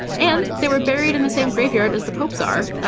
and they were buried in the same graveyard as the popes are.